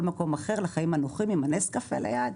מקום אחר לחיים הנוחים עם הנס קפה ליד,